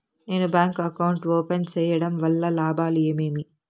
నేను bank account open సేయడం వల్ల లాభాలు ఏమేమి?